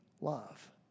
love